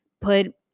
put